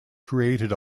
created